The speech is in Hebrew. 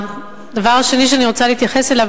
הדבר השני שאני רוצה להתייחס אליו,